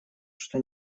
что